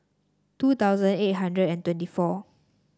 two thousand eight hundred and twenty four